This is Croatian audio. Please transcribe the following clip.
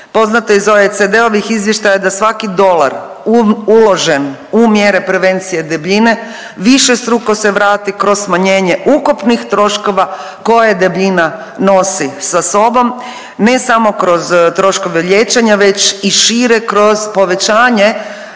Poznato je iz OECD-ovih izvještaja da svaki dolar uložen u mjere prevencije debljine višestruko se vrati kroz smanjenje ukupnih troškova koje debljina nosi sa sobom ne samo kroz troškove liječenja već i šire kroz povećanje